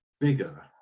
bigger